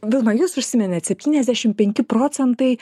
vilma jūs užsiminėt septyniasdešim penki procentai